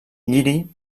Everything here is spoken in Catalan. lliri